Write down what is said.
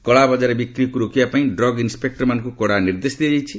କଳାବଜାରରେ ବିକ୍ରିକୁ ରୋକିବା ପାଇଁ ଡ୍ରଗ୍ ଇନ୍ସପେକୂରମାନଙ୍କୁ କଡା ନିର୍ଦ୍ଦେଶ ଦିଆଯାଇଛି